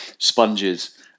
Sponges